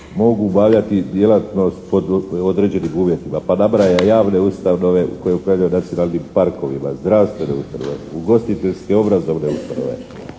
mogu obavljati djelatnost pod određenim uvjetima, pa nabraja javne ustanove koje upravljaju nacionalnim parkovima, zdravstvene ustanove, ugostiteljske i obrazovne ustanove,